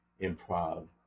improv